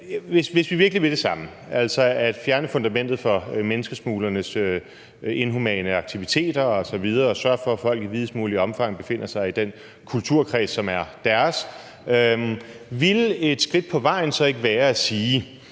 Hvis vi virkelig vil det samme, altså fjerne fundamentet for menneskesmuglernes inhumane aktiviteter osv., og sørge for, at folk i videst muligt omfang befinder sig i den kulturkreds, som er deres, ville et skridt på vejen så ikke at være at sige,